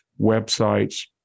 websites